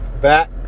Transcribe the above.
Back